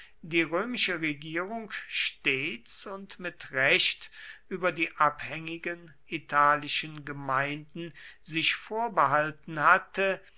die römische regierung stets und mit recht über die abhängigen italischen gemeinden sich vorbehalten hatte